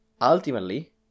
ultimately